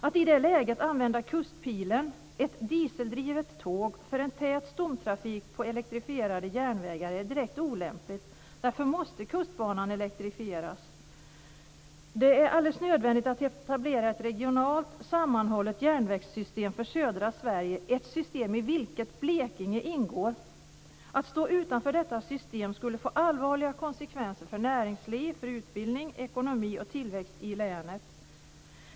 Att i det läget använda Kustpilen, ett dieseldrivet tåg, för en tät stomtrafik på elektrifierade järnvägar är direkt olämpligt. Därför måste Kustbanan elektrifieras. Det är helt nödvändigt att etablera ett regionalt sammanhållet järnvägssystem för södra Sverige, ett system i vilket Blekinge ingår. Att stå utanför detta system skulle få allvarliga konsekvenser för näringsliv, utbildning, ekonomi och tillväxt i länet.